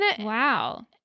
Wow